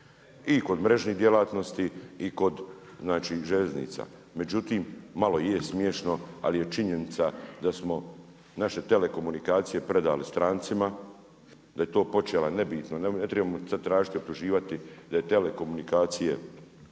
I kod mrežnih djelatnosti i kod željeznica, međutim malo je smiješno ali je činjenica da smo naše telekomunikacije prodali strancima da je to počela, nebitno, ne trebamo sa ad tražiti, optuživati da je telekomunikacije